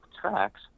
tracks